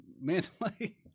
mentally